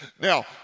Now